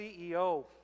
CEO